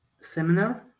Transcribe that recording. Seminar